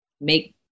make